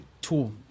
Tool